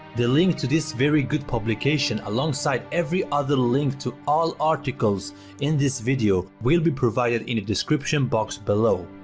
the link to this very good publication alongside every other link to all articles in this video will be provided in the description box below.